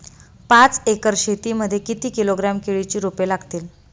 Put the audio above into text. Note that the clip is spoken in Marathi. पाच एकर शेती मध्ये किती किलोग्रॅम केळीची रोपे लागतील?